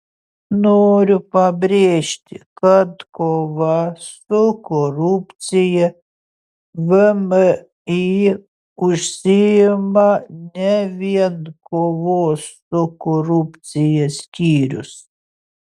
noriu pabrėžti kad kova su korupcija vmi užsiima ne vien kovos su korupcija skyrius